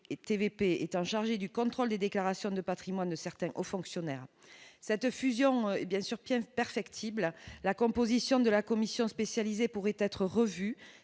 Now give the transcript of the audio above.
et VP étant chargé du contrôle des déclarations de Patrimoine, certains hauts fonctionnaires, cette fusion et bien sûr perfectible, la composition de la commission spécialisée pourrait être revu